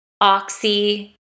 oxy